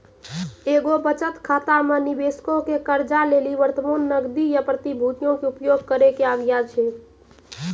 एगो बचत खाता मे निबेशको के कर्जा लेली वर्तमान नगदी या प्रतिभूतियो के उपयोग करै के आज्ञा छै